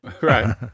Right